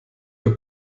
für